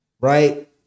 right